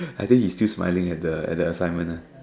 I think you still smiling at the at the assignment ah